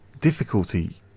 difficulty